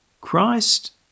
Christ